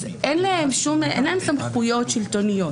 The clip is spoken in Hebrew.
אז אין להן סמכויות שלטוניות.